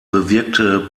bewirkte